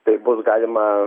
tai bus galima